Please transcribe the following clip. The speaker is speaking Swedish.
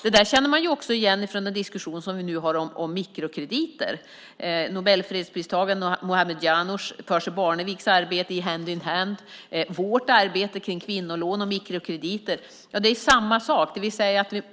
Det känner man också igen från den diskussion som vi nu har om mikrokrediter. Nobelfredspristagaren Muhammad Yunus arbete, Percy Barneviks arbete i Hand in Hand och vårt arbete med kvinnolån och mikrokrediter är samma sak.